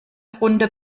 runde